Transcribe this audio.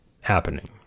happening